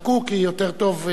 כי יותר טוב,